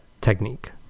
technique